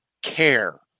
Care